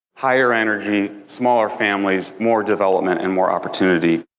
higher energy, smaller families, more development, and more opportunity,